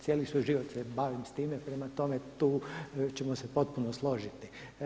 Cijeli svoj život se bavim s time, prema tome tu ćemo se potpuno složiti.